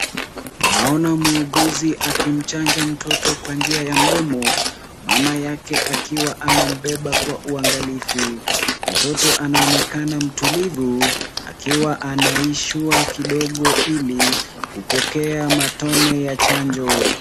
Naona muuguzi akimchanja mtoto kwa njia ya mdomo, mama yake akiwa amembeba kwa ungalifu. Mtoto anaonekana mtulivu akiwa analalishwa kidogo ili kupokea matone ya chanjo.